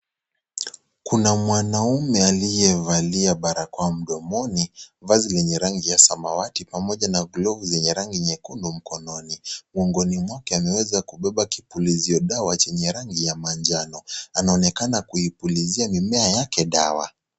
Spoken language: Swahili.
Kuna mwanaume aliyevalia barakoa mdomoni viazi lenye rangi ya samawati pamoja na glofu yenye rangi nyekundu mkononi. Mkgongoni mwake ameweza kubeba kipulizio dawa chenye rangi ya manjano. Anaonekana kuipulizia mimea yake dawa.